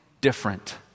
different